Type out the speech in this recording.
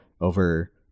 over